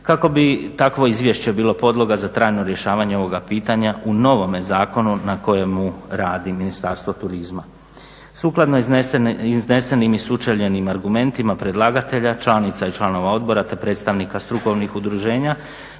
kako bi takvo izvješće bilo podloga za trajno rješavanje ovoga pitanja u novome zakonu na kojem radi Ministarstvo turizma. Sukladno iznesenim i sučeljenim predlagatelja, članica i članova odbora te predstavnika strukovnih udruženja